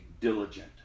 diligent